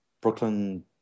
Brooklyn